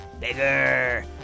bigger